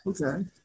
Okay